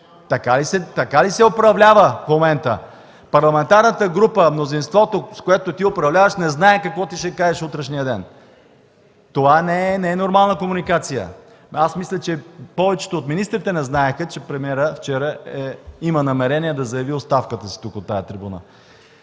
Така ли се управлява в момента?! Парламентарната група, мнозинството, с което управляваш, не знае какво ще кажеш в утрешния ден! Това не е нормална комуникация. Мисля, че повечето от министрите не знаеха, че премиерът вчера има намерение да заяви оставката си тук, от тази трибуна.